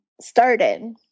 started